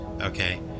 Okay